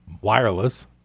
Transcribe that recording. wireless